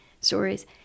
stories